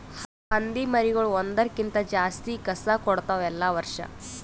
ಹಂದಿ ಮರಿಗೊಳ್ ಒಂದುರ್ ಕ್ಕಿಂತ ಜಾಸ್ತಿ ಕಸ ಕೊಡ್ತಾವ್ ಎಲ್ಲಾ ವರ್ಷ